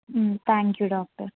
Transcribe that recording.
thank you doctor